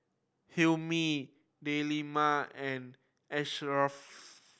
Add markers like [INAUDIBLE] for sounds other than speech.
Hilmi Delima and Asharaff [UNINTELLIGIBLE]